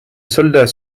soldats